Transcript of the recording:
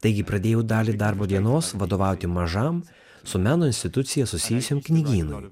taigi pradėjau dalį darbo dienos vadovauti mažam su meno institucija susijusiam knygynui